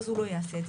אז הוא לא יעשה את זה.